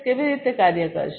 કેવી રીતે કાર્ય કરશે